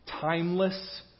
timeless